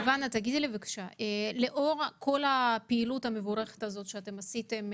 לאור הפעילות המבורכת הזו שעשיתם,